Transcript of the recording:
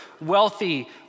wealthy